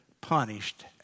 punished